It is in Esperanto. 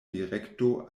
direkto